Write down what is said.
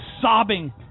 sobbing